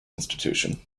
institution